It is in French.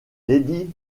lady